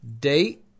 date